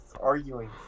arguing